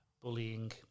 bullying